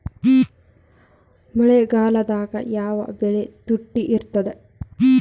ಮಳೆಗಾಲದಾಗ ಯಾವ ಬೆಳಿ ತುಟ್ಟಿ ಇರ್ತದ?